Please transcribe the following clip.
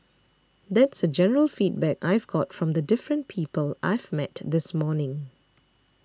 that's the general feedback I've got from the different people I've met this morning